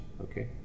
okay